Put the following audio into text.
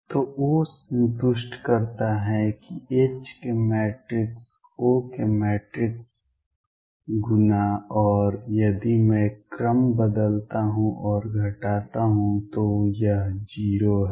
तो O संतुष्ट करता है कि H के मैट्रिक्स O के मैट्रिक्स गुना और यदि मैं क्रम बदलता हूं और घटाता हूं तो यह 0 है